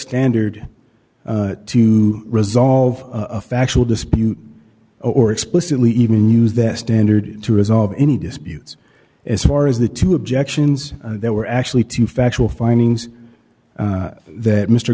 standard to resolve a factual dispute or explicitly even use that standard to resolve any disputes as far as the two objections there were actually two factual findings that mr